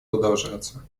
продолжаться